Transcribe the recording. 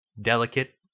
Delicate